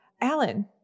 Alan